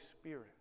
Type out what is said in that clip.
Spirit